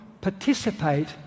participate